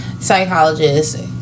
psychologist